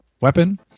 weapon